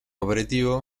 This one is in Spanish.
aperitivo